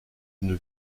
d’une